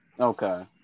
Okay